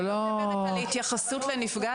ההתייחסות לנפגע,